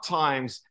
times